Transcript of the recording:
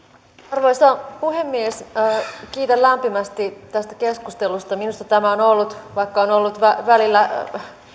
arvoisa puhemies kiitän lämpimästi tästä keskustelusta minusta tämä on vaikka on ollut välillä